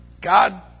God